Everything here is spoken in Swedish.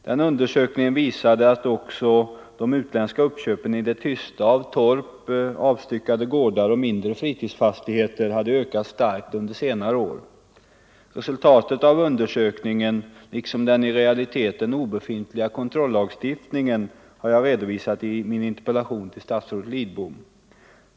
Den undersökningen visade att också de utländska köpen i det tysta av torp, avstyckade gårdar och mindre fritidsfastigheter hade ökat starkt under senare år. Resultatet av undersökningen, liksom den i realiteten obefintliga kontrollagstiftningen, har jag redovisat i min interpellation till statsrådet Lidbom.